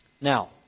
Now